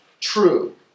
true